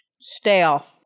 stale